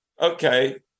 okay